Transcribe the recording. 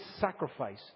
sacrifice